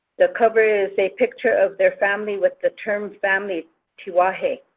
the cover is a picture of their family with the term family tiwahe.